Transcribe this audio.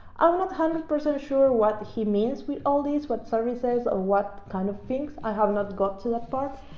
i'm not hundred percent sure what he means we all these what services are what kind of things i have not got to that part,